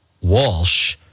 Walsh